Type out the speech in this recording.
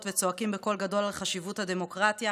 וצועקים בקול גדול על חשיבות הדמוקרטיה